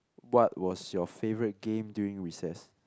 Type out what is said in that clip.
what was your favourite game during recess